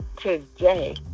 today